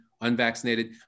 unvaccinated